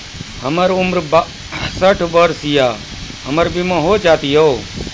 हमर उम्र बासठ वर्ष या हमर बीमा हो जाता यो?